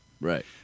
Right